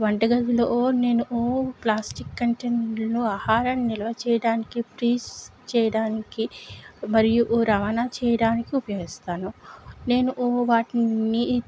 వంటగదిలో ఓ నేను ఓ ప్లాస్టిక్ కంటెంట్లు ఆహారం నిలవ చేయటానికి ఫ్రీజ్ చేయడానికి మరియు రవాణా చేయటానికి ఉపయోగిస్తాను నేను వాటిని